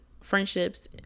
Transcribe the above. friendships